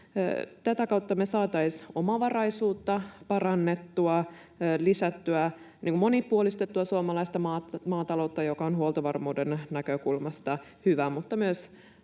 Tätä kautta me saataisiin omavaraisuutta parannettua, lisättyä, monipuolistettua suomalaista maataloutta, joka on huoltovarmuuden näkökulmasta hyvä, ja